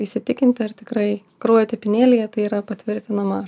įsitikinti ar tikrai kraujo tepinėlyje tai yra patvirtinama